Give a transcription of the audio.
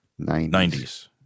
90s